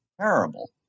terrible